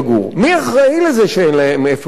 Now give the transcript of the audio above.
מי אחראי לזה שאין להם איפה לגור?